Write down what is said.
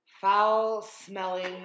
foul-smelling